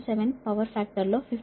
997 power ఫ్యాక్టర్లో 52